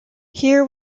here